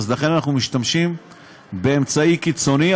לכן אנחנו משתמשים באמצעי קיצוני,